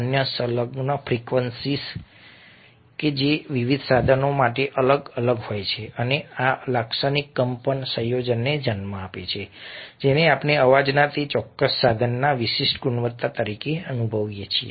અન્ય સંલગ્ન ફ્રીક્વન્સીઝછે જે વિવિધ સાધનો માટે અલગ અલગ હોય છે અને આ લાક્ષણિક કંપન સંયોજનને જન્મ આપે છે જેને આપણે અવાજના તે ચોક્કસ સાધનની વિશિષ્ટ ગુણવત્તા તરીકે અનુભવીએ છીએ